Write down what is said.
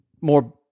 More